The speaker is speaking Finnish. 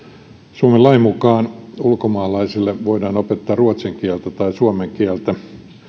suomen lain mukaan ulkomaalaisille voidaan opettaa ruotsin kieltä tai suomen kieltä